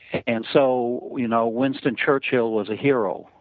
and so you know winston churchill was a hero,